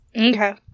Okay